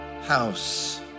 house